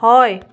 হয়